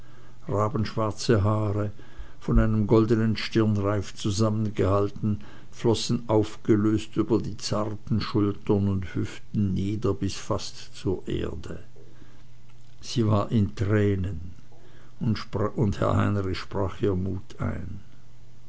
rabenschwarze haare von einem goldenen stirnreif zusammengehalten flossen aufgelöst über die zarten schultern und hüften nieder bis fast zur erde sie war in tränen und herr heinrich sprach ihr mut ein